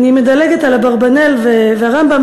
אני מדלגת על אברבנאל ועל הרמב"ם,